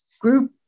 group